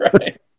right